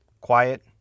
Quiet